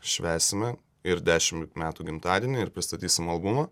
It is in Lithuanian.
švęsime ir dešimt metų gimtadienį ir pristatysim albumą